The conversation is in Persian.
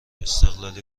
استقلالی